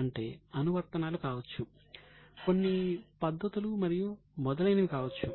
అంటే అనువర్తనాలు కావచ్చు కొన్ని పద్ధతులు మరియు మొదలైనవి కావచ్చు